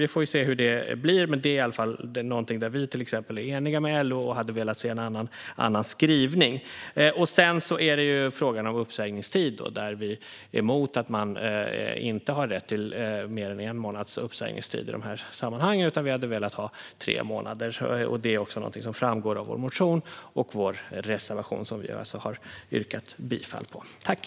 Vi får se hur det blir, men detta är någonting där vi är eniga med LO och gärna hade velat se en annan skrivning. Det andra förslaget gäller frågan om uppsägningstid, där vi är emot att man inte har rätt till mer än en månads uppsägningstid i de här sammanhangen. Vi hade velat ha tre månader. Detta är någonting som framgår av vår motion och vår reservation, som vi har yrkat bifall till.